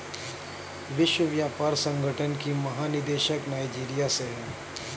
विश्व व्यापार संगठन की महानिदेशक नाइजीरिया से है